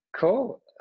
Cool